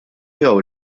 jew